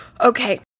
Okay